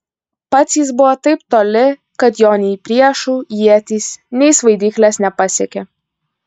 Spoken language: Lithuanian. pats jis buvo taip toli kad jo nei priešų ietys nei svaidyklės nepasiekė